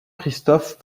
christophe